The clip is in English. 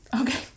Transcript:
Okay